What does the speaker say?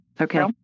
okay